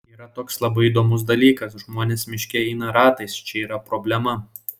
yra toks labai įdomus dalykas žmonės miške eina ratais čia yra problema